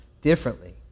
differently